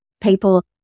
people